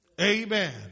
Amen